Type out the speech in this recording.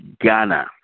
Ghana